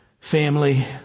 family